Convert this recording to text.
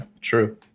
True